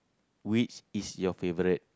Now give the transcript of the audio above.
which is your favourite